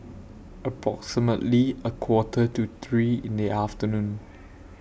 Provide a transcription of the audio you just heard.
approximately A Quarter to three in The afternoon